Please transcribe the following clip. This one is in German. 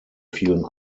vielen